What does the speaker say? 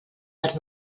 per